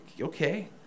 okay